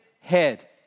head